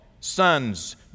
sons